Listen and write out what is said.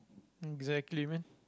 exactly man